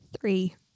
Three